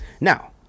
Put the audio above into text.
Now